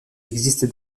existe